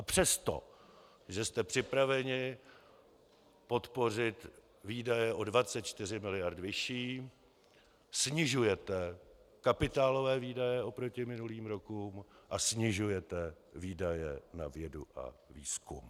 Přestože jste připraveni podpořit výdaje o 24 mld. vyšší, snižujete kapitálové výdaje oproti minulým rokům a snižujete výdaje na vědu a výzkum.